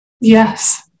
yes